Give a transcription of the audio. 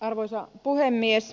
arvoisa puhemies